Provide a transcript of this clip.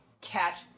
cat